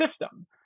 system